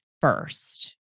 first